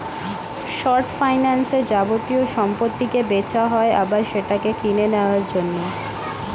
short ফাইন্যান্সে যাবতীয় সম্পত্তিকে বেচা হয় আবার সেটাকে কিনে নেওয়ার জন্য